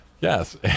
Yes